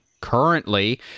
currently